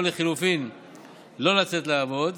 או לחלופין לא לצאת לעבוד